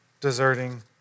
deserting